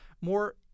more